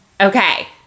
Okay